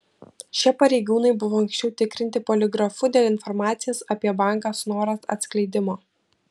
šie pareigūnai buvo anksčiau tikrinti poligrafu dėl informacijos apie banką snoras atskleidimo